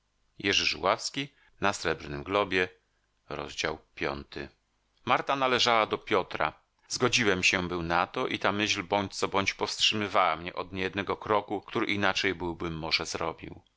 ktoby mu jego milczenie mógł wytknąć marta należała do piotra zgodziłem się był na to i ta myśl bądź co bądź powstrzymywała mnie od niejednego kroku który inaczej byłbym może zrobił